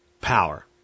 power